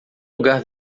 lugar